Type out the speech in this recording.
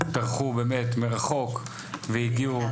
טרחו באמת מרחוק והגיעו,